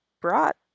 brought